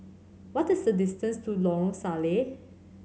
what is the distance to Lorong Salleh